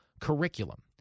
curriculum